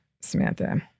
Samantha